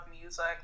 music